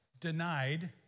denied